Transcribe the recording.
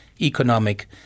economic